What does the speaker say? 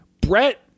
Brett